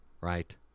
Right